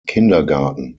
kindergarten